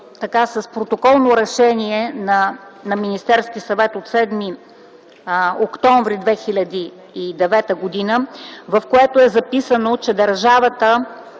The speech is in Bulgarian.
с протоколно решение на Министерския съвет от 7 октомври 2009 г., в което е записано, че държавата